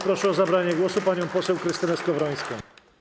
Proszę o zabranie głosu panią poseł Krystynę Skowrońską.